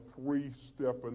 three-step